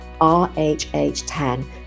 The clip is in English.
RHH10